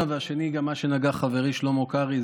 והשני זה מה שנגע חברי שלמה קרעי,